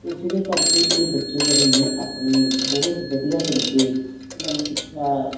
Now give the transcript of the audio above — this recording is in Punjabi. ਅਤੇ ਜਿਹਦੇ ਕਰਕੇ ਇਹ ਬੱਚੇ ਜਿਹੜੇ ਨੇ ਆਪਣੀ ਬਹੁਤ ਵਧੀਆ ਤਰੀਕੇ ਇਹਨਾਂ ਨੂੰ ਸਿੱਖਿਆ